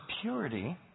purity